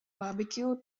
barbecue